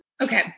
okay